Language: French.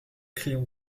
crayon